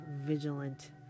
vigilant